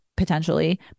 potentially